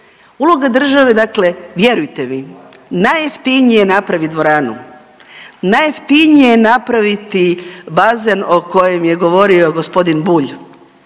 uloga države je dakle vjerujte mi najjeftinije je napravit dvoranu, najjeftinije je napraviti bazen o kojem je govorio g. Bulj,